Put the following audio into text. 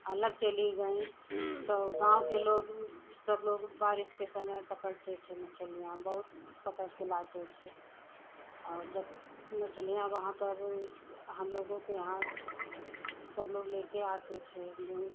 अलग चली गईं तो गाँव के लोग सब लोग बारिश के समय पकड़ते थे मछलियाँ बहुत पकड़ कर लाते थे और जब मछलियाँ वहाँ पर हमलोगों के यहाँ सब लोग लेकर आते थे उन्हें